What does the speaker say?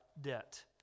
debt